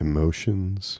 Emotions